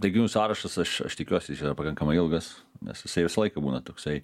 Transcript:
taikinių sąrašas aš aš tikiuosi jis yra pakankamai ilgas nes jisai visą laiką būna toksai